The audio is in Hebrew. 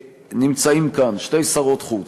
נמצאות כאן, שתי שרות חוץ.